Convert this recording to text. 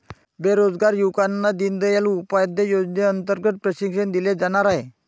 बेरोजगार युवकांना दीनदयाल उपाध्याय योजनेअंतर्गत प्रशिक्षण दिले जाणार आहे